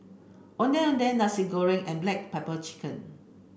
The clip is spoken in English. Ondeh Ondeh Nasi Goreng and black pepper chicken